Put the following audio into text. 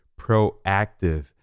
proactive